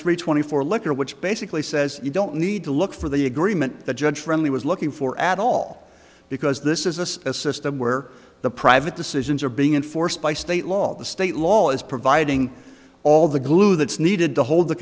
three twenty four liquor which basically says you don't need to look for the agreement that judge friendly was looking for add all because this is this a system where the private decisions are being enforced by state law the state law is providing all the glue that's needed to hold the